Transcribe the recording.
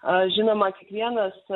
žinoma kiekvienas